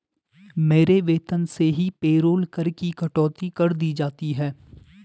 मेरे वेतन से ही पेरोल कर की कटौती कर दी जाती है